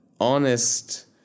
honest